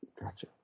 Gotcha